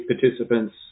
participants